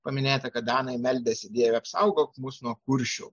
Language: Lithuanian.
paminėta kad danai meldėsi dieve apsaugok mus nuo kuršių